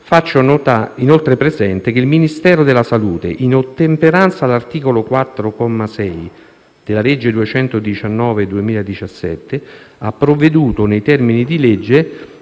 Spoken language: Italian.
faccio, inoltre, presente che il Ministero della salute, in ottemperanza all'articolo 4, comma 6, della legge n. 219 del 2017, ha provveduto nei termini di legge